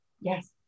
Yes